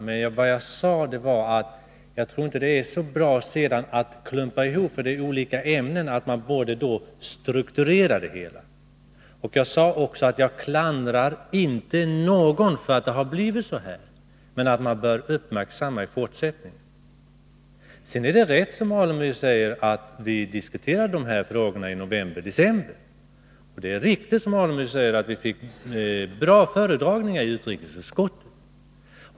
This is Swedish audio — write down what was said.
Däremot tror jag inte att det är så bra att klumpa ihop olika ämnen utan att strukturera det hela. Vidare sade jag att jag inte klandrar någon för att det har blivit så här. Det är riktigt, Stig Alemyr, att vi diskuterade dessa frågor i november och december. Vi fick ta del av bra föredragningar i utrikesutskottet.